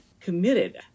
committed